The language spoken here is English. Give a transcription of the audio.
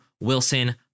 Wilson